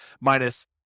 minus